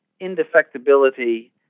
indefectibility